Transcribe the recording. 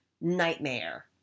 nightmare